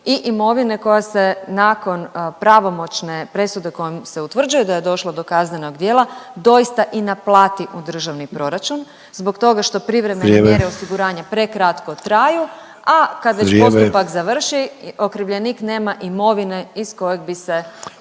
i imovine koja se nakon pravomoćne presude kojom se utvrđuje da je došlo do kaznenog djela, doista i naplati u državni proračun, zbog toga što privremene … .../Upadica: Vrijeme./... … mjere osiguranja prekratko traju, a kad već postupak završi … .../Upadica: Vrijeme./... … okrivljenik nema imovine iz kojeg bi se